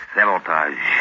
Sabotage